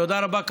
תודה רבה.